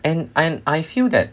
and I I feel that